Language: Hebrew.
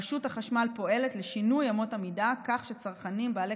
רשות החשמל פועלת לשינוי אמות המידה כך שצרכנים בעלי